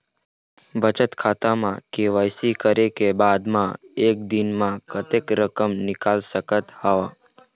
बचत खाता म के.वाई.सी करे के बाद म एक दिन म कतेक रकम निकाल सकत हव?